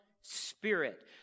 spirit